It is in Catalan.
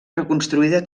reconstruïda